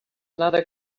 another